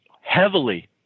heavily